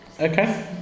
Okay